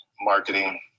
marketing